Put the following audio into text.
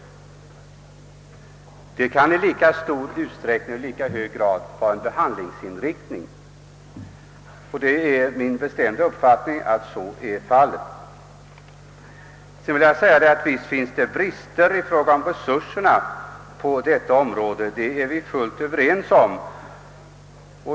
Det kan i lika hög grad vara fråga om en behandlingsform, Min bestämda uppfattning är att så är fallet. Visst finns det brister i fråga om resurserna på detta område; det är vi fullt överens om.